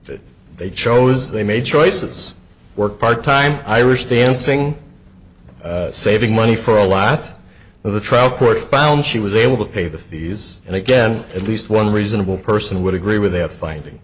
that they chose they made choices work part time irish dancing saving money for a lot of the trial court found she was able to pay the fees and again at least one reasonable person would agree with that